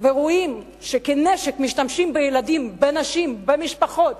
ורואים שכנשק משתמשים בילדים, בנשים, במשפחות